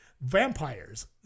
vampires